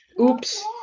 Oops